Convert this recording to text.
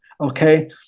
okay